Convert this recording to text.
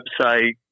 website